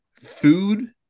food